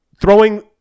throwing